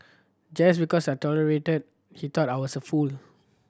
just because I tolerated he thought I was a fool